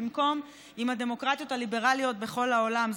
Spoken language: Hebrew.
במקום עם הדמוקרטיות הליברליות בכל העולם.